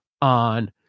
on